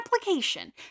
application